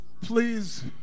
Please